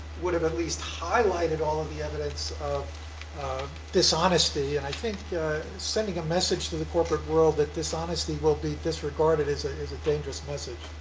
would've at least highlighted all of the evidence of dishonesty, and i think sending a message to the corporate world that dishonesty will be disregarded is ah is a dangerous message.